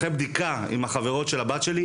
אחרי בדיקה עם החברות של הבת שלי,